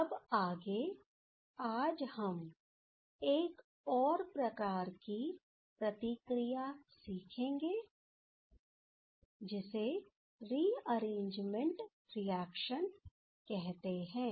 अब आगे आज हम एक और प्रकार की प्रतिक्रिया सीखेंगे जिसे रीअरेंजमेंट रिएक्शन कहते हैं